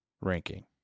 ranking